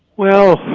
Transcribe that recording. well,